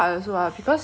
even like